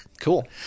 Cool